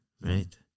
right